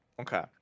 okay